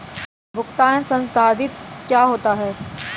भुगतान संसाधित क्या होता है?